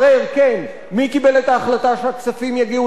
מי קיבל את ההחלטה שהכספים יגיעו למקומות אחרים,